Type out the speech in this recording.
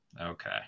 okay